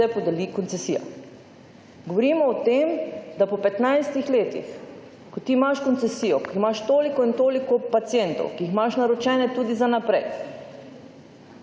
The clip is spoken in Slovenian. se podeli koncesija. Govorimo o tem, da po 15 letih, ko ti imaš koncesijo, ko imaš toliko in toliko pacientov, ki jih imaš naročene tudi za naprej,